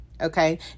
okay